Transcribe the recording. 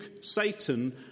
Satan